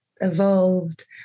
evolved